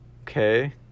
okay